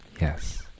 Yes